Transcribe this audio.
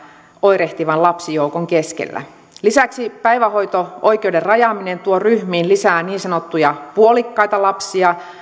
oirehtivan lapsijoukon keskellä lisäksi päivähoito oikeuden rajaaminen tuo ryhmiin lisää niin sanottuja puolikkaita lapsia